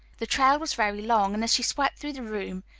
the trail was very long, and as she swept through the room,